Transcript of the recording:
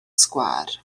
sgwâr